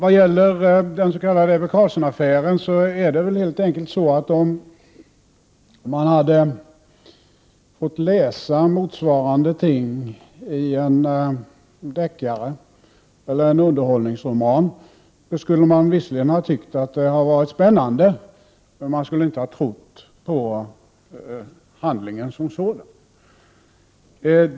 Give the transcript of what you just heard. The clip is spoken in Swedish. Om man i en deckare eller en underhållningsroman hade fått läsa något som liknade den s.k. Ebbe Carlsson-affären, skulle man visserligen ha tyckt att det varit spännande, men man skulle inte ha trott på handlingen som sådan.